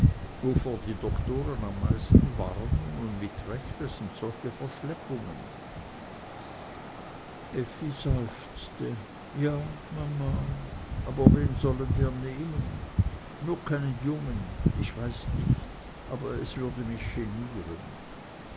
die doktoren am meisten warnen und mit recht das sind solche verschleppungen effi seufzte ja mama aber wen sollen wir nehmen nur keinen jungen ich weiß nicht aber es würde mich genieren